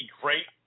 great